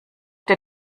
der